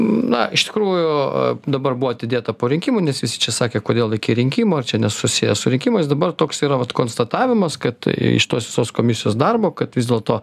na iš tikrųjų aaa dabar buvo atidėta po rinkimų nes visi čia sakė kodėl iki rinkimų ar čia nesusiję su rinkimais dabar toks yra vat konstatavimas kad iš tos visos komisijos darbo kad vis dėlto